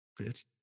Bitch